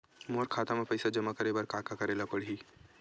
मोर खाता म पईसा जमा करे बर का का करे ल पड़हि?